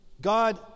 God